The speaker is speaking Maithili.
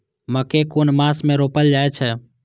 मकेय कुन मास में रोपल जाय छै?